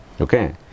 Okay